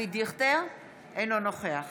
אינו נוכח